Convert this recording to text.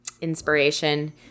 inspiration